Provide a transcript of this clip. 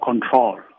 control